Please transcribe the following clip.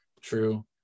true